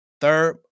Third